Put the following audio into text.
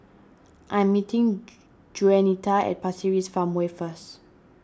I am meeting Juanita at Pasir Ris Farmway first